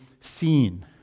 seen